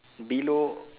below